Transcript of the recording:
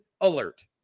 alert